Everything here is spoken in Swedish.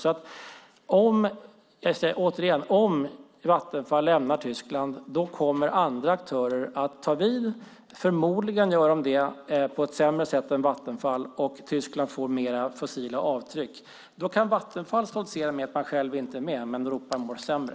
Jag säger återigen att om Vattenfall lämnar Tyskland kommer andra aktörer att ta vid. Förmodligen skulle de göra det på ett sämre sätt än vad Vattenfall gör och Tyskland skulle få mer fossila avtryck. Då kan Vattenfall stoltsera med att man inte är med, men Europa mår sämre.